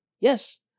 Yes